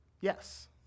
Yes